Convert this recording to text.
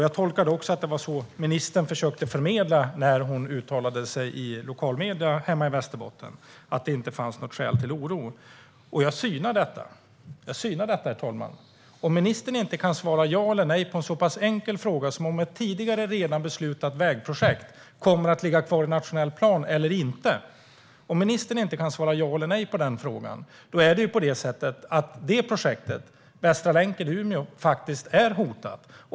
Jag tolkade det också som att det var det ministern försökte förmedla när hon uttalade sig i lokala medier hemma i Västerbotten: att det inte fanns något skäl till oro. Jag synar detta, herr talman. Det var en så pass enkel fråga: Kommer ett tidigare redan beslutat vägprojekt att ligga kvar i nationell plan eller inte? Om ministern inte kan svara ja eller nej på den frågan är det projektet, Västra länken i Umeå, faktiskt hotat.